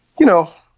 you know,